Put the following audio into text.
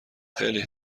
خیلی